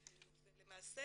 למעשה,